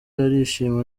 arishima